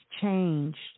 changed